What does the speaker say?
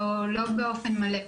לא באופן מלא.